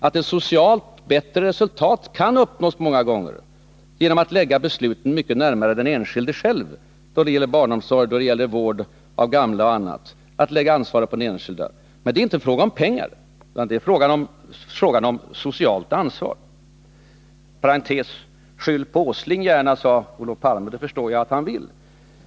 Ett socialt bättre resultat kan många gånger uppnås genom att besluten läggs mycket närmare den enskilde själv, genom att ansvaret läggs på den enskilde då det gäller barnomsorg, vård av gamla och annat. Men det är inte fråga om pengar, utan det är fråga om socialt ansvar. En parentes: Skyll gärna på Nils Åsling, sade Olof Palme. Det förstår jag att Olof Palme vill.